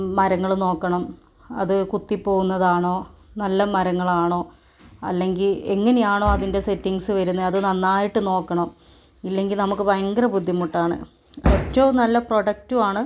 മരങ്ങള് നോക്കണം അത് കുത്തിപ്പോകുന്നതാണോ നല്ല മരങ്ങളാണോ അല്ലെങ്കിൽ എങ്ങിനയാണോ അതിൻ്റെ സെറ്റിങ്സ് വരുന്നേ അത് നന്നായിട്ട് നോക്കണം ഇല്ലെങ്കിൽ നമുക്ക് ഭയങ്കര ബുദ്ധിമുട്ടാണ് ഏറ്റവും നല്ല പ്രൊഡക്റ്റുവാണ്